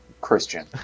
Christian